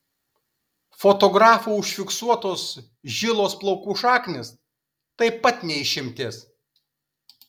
fotografų užfiksuotos žilos plaukų šaknys taip pat ne išimtis